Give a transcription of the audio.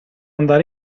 andare